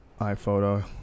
iPhoto